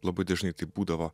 labai dažnai taip būdavo